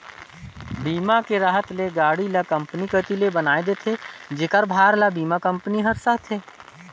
बीमा के रहत ले गाड़ी ल कंपनी कति ले बनाये देथे जेखर भार ल बीमा कंपनी हर सहथे